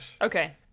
okay